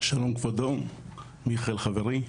שלום כבודו, מיכאל חברי.